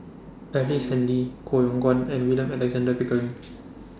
Ellice Handy Koh Yong Guan and William Alexander Pickering